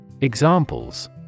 Examples